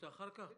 אחר כך?